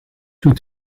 toe